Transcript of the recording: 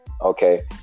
Okay